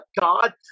God